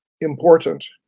important